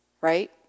right